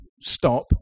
stop